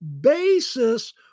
basis